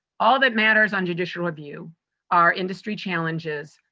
all that matters on judicial review are industry challenges,